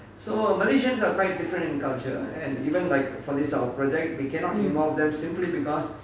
so malaysians are celebrate different in culture and even buy from this project we cannot evolve them simply because